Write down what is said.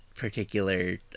Particular